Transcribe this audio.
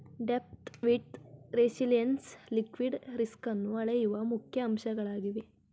depth, width, resilience liquidity ರಿಸ್ಕನ್ನು ಅಳೆಯುವ ಮುಖ್ಯ ಅಂಶಗಳಾಗಿವೆ